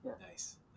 Nice